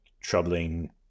troubling